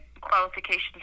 qualifications